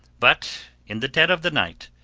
but in the dead of the night,